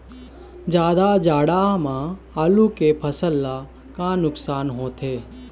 जादा जाड़ा म आलू के फसल ला का नुकसान होथे?